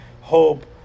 hope